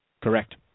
Correct